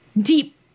deep